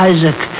Isaac